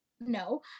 no